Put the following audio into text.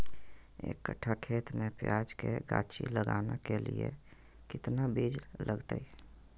एक कट्ठा खेत में प्याज के गाछी लगाना के लिए कितना बिज लगतय?